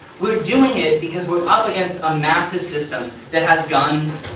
we are doing it because we are up against a massive system that has guns,